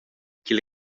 ch’il